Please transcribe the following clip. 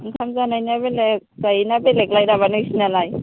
ओंखाम जानायना बेलेग जायैना बेलेगलाय नामा नोंसिनालाय